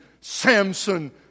Samson